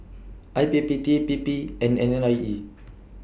I P P T P P and N I E